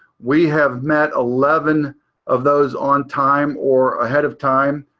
we have met eleven of those on time or ahead of time.